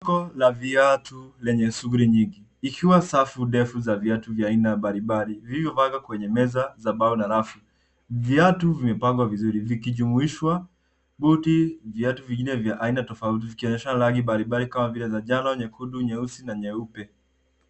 Soko la viatu lenye shughuli nyingi ikiwa safu ndefu za viatu vya aina mbalimbali vilivyopangwa kwenye meza za mbao na rafu. Viatu vimepangwa vizuri vikijumuishwa buti, viatu vingine vya aina tofauti vikionyesha rangi tofauti kama vile za njano, nyekundu, nyeusi na nyeupe.